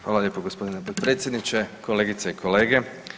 Hvala lijepo gospodine potpredsjedniče, kolegice i kolege.